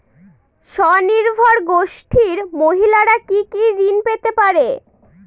স্বনির্ভর গোষ্ঠীর মহিলারা কি কি ঋণ পেতে পারে?